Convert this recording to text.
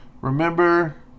remember